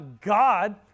God